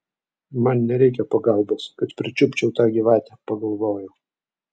man nereikia pagalbos kad pričiupčiau tą gyvatę pagalvojo